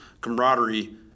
camaraderie